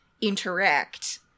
interact